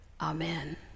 Amen